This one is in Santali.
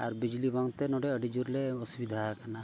ᱟᱨ ᱵᱤᱡᱽᱞᱤ ᱵᱟᱝᱛᱮ ᱱᱚᱸᱰᱮ ᱟᱰᱤᱡᱳᱨᱞᱮ ᱚᱥᱩᱵᱤᱫᱷᱟ ᱟᱠᱟᱱᱟ